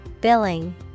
Billing